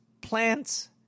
plants